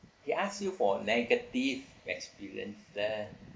they ask you for negative experience dey